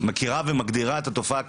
מכירה ומגדירה את התופעה?